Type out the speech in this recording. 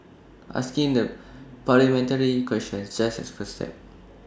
asking the parliamentary question just A first step